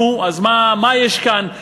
נו, אז מה יש כאן?